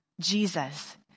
Jesus